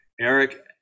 Eric